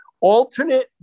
Alternate